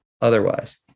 otherwise